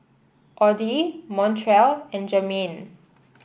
Audy Montrell and Jermain